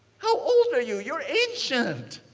how old are you? your ancient.